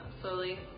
slowly